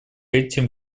этим